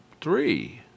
three